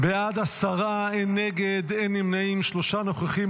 בעד, עשרה, אין נגד, אין נמנעים, שלושה נוכחים.